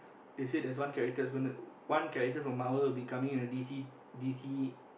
they say there's one character's gonna one character from Marvel will be coming into d_c d_c